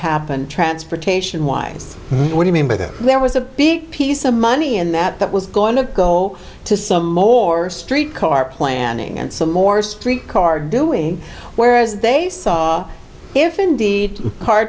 happen transportation wise what you mean by that there was a big piece of money in that that was going to go to some more street car planning and some more street car doing whereas they saw if indeed har